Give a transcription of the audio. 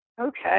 Okay